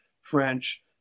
French